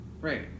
Right